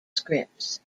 scripts